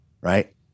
Right